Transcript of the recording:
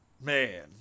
man